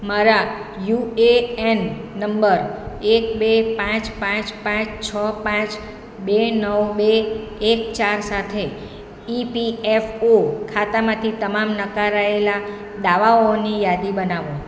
મારા U A N નંબર એક બે પાંચ પાંચ પાંચ છ પાંચ બે નવ બે એક ચાર સાથે ઇ પી એફ ઓ ખાતામાંથી તમામ નકારાયેલા દાવાઓની યાદી બનાવો